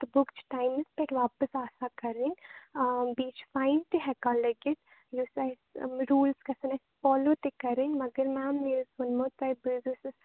تہٕ بُک چھِ ٹایِمَس پٮ۪ٹھ واپَس آسان کَرٕنۍ آں بیٚیہِ چھُ فایِن تہِ ہیٚکان لَگِتھ یُس اسہِ روٗلٕز گَژھَن اسہِ فالو تہِ کَرٕنۍ مگر میم مےٚ حظ ووٚنمُو تۄہہِ بہٕ حظ ٲسٕس